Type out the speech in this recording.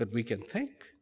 but we can think